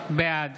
בעד